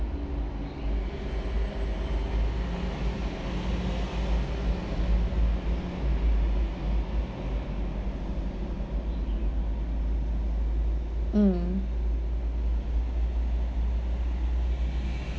mm